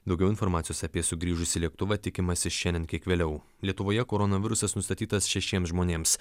daugiau informacijos apie sugrįžusį lėktuvą tikimasi šiandien kiek vėliau lietuvoje koronavirusas nustatytas šešiems žmonėms